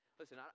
Listen